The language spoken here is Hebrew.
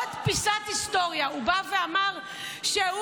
ועוד פיסת היסטוריה: הוא בא ואמר שהוא